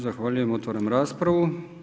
Zahvaljujem, otvaram raspravu.